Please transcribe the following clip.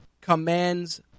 commands